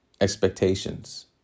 Expectations